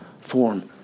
form